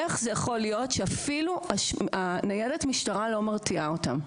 איך זה יכול להיות שאפילו ניידת המשטרה לא מרתיעה אותם?